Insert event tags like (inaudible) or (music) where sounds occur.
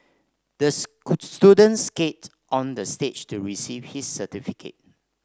the (unintelligible) student skated onto the stage to receive his certificate